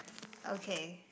okay